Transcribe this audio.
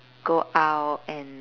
go out and